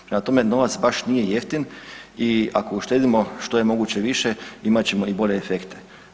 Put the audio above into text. Prema tome, novac baš nije jeftin i ako uštedimo što je moguće više imat ćemo i bolje efekte.